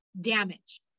damage